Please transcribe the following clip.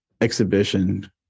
exhibition